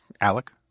Alec